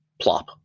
plop